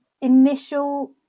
initial